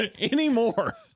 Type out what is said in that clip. anymore